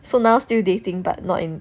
so now still dating but not in